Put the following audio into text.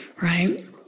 right